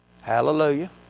hallelujah